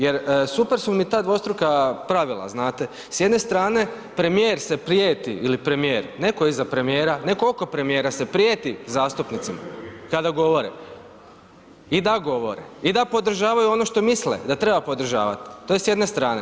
Jer super su mi ta dvostruka pravila, znate, s jedne strane premijer se prijeti, ili premijer, netko iza premijera, netko oko premijera se prijeti zastupnicima kada govore i da govore i da podržavaju ono što misle i da treba podržavati, to je s jedne strane.